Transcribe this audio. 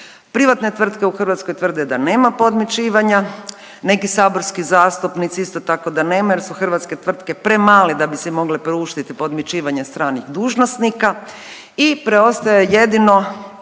Privatne tvrtke u Hrvatskoj tvrde da nema podmićivanja, neki saborski zastupnici isto tako da nema jer su hrvatske tvrtke premale da bi si mogle priuštiti podmićivanje stranih dužnosnika i preostaje jedino